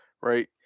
right